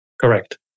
Correct